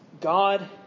God